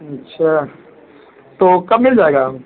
अच्छा तो कब मिल जाएगा